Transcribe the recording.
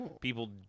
people